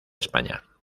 españa